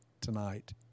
tonight